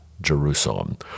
Jerusalem